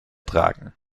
tragen